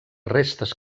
restes